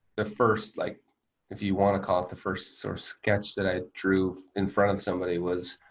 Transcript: the first like if you want to call it the first source sketch that i drew in front of somebody was